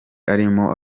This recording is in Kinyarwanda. arimo